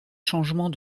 changements